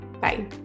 Bye